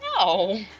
No